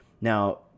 Now